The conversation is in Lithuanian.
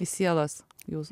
į sielas jūs